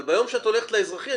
אבל ביום שאת הולכת לאזרחי,